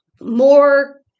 more